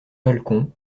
balcon